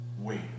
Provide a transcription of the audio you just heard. wait